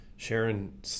Sharon